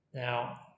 Now